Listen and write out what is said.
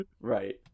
right